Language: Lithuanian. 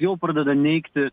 jau pradeda neigti